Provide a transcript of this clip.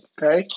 Okay